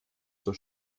zur